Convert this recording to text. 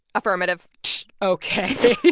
affirmative ok.